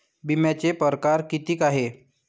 बिम्याचे परकार कितीक हाय?